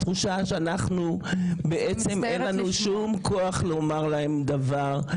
התחושה היא שאין לנו שום כוח לומר להם דבר.